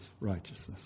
righteousness